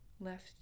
left